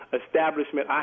establishment